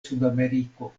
sudameriko